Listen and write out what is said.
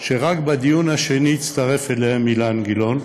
שרק בדיון השני הצטרף אליהן אילן גילאון,